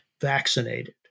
vaccinated